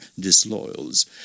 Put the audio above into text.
disloyals